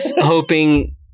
hoping